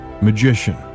magician